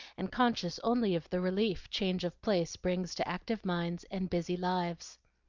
and conscious only of the relief change of place brings to active minds and busy lives.